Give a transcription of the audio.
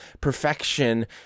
perfection